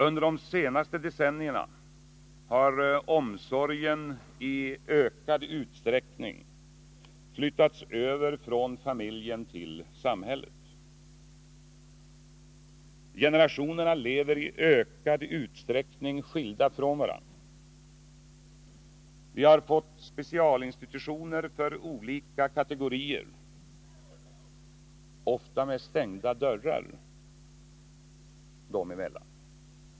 Under de senaste decennierna har omsorgen i ökad utsträckning flyttats över från familjen till samhället. Generationerna lever i ökad utsträckning skilda från varandra. Vi har fått specialinstitutioner för olika kategorier, ofta med stängda dörrar dem emellan.